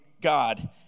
God